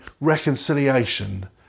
reconciliation